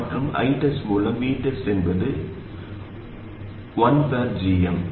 மற்றும் ITEST மூலம் VTEST என்பது 1gm